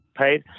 paid